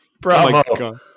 bravo